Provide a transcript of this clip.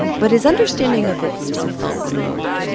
but his understanding of it still felt remote,